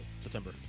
September